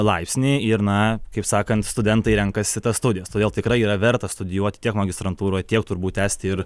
laipsnį ir na kaip sakant studentai renkasi tas studijas todėl tikrai yra verta studijuoti tiek magistrantūroj tiek turbūt tęsti ir